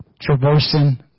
Traversing